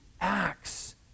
acts